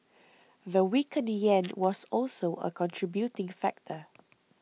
the weakened yen was also a contributing factor